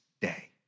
day